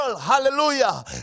Hallelujah